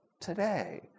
today